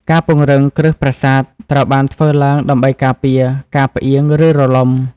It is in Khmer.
ការពង្រឹងគ្រឹះប្រាសាទត្រូវបានធ្វើឡើងដើម្បីការពារការផ្អៀង ឬរលំ។